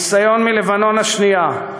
הניסיון ממלחמת לבנון השנייה,